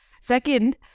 Second